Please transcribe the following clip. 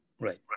Right